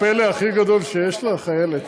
זה הפלא הכי גדול שיש לך, איילת?